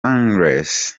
angeles